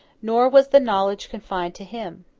nor was the knowledge confined to him.